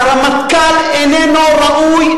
שהרמטכ"ל איננו ראוי,